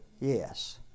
yes